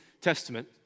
Testament